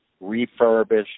refurbished